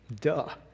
Duh